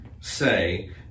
say